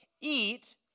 Eat